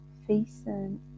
facing